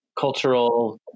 cultural